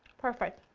perfect.